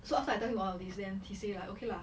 so after I tell him all of these then he said like okay lah